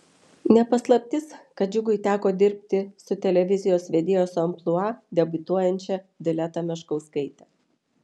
ne paslaptis kad džiugui teko dirbti su televizijos vedėjos amplua debiutuojančia dileta meškaite